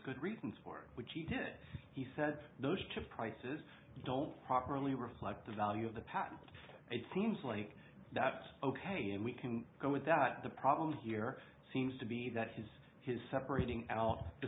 good reasons for which he did it he said those prices don't properly reflect the value of the path it seems like that's ok and we can go with that the problem here seems to be that his his separating out the